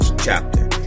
chapter